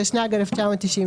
התשנ"ג 1993,